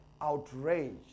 outraged